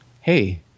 Hey